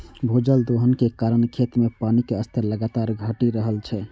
भूजल दोहन के कारण खेत मे पानिक स्तर लगातार घटि रहल छै